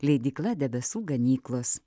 leidykla debesų ganyklos